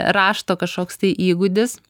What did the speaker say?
rašto kažkoks tai įgūdis